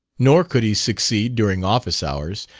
nor could he succeed, during office hours,